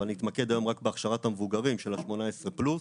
אבל נתמקד היום רק בהכשרת המבוגרים של ה-18 פלוס.